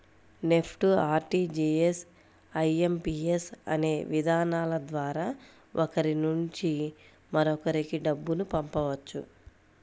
NEFT, RTGS, IMPS అనే విధానాల ద్వారా ఒకరి నుంచి మరొకరికి డబ్బును పంపవచ్చు